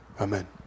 Amen